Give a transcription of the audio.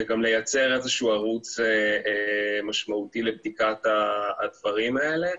גם לייצר איזשהו ערוץ משמעותי לבדיקת הדברים האלה,